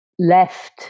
left